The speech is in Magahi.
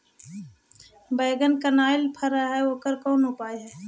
बैगन कनाइल फर है ओकर का उपाय है?